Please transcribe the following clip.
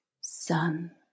Sun